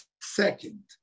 second